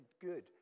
good